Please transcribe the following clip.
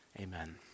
amen